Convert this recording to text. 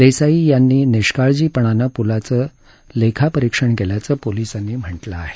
देसाई यांनी निष्काळजीपणाने पुलाचं लेखा परीक्षण केल्याचं पोलिसांनी म्हटलं आहे